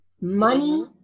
money